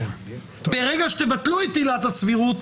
ברגע שתבטלו את עילת הסבירות,